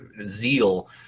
zeal